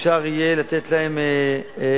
אפשר יהיה לתת להם אפשרות,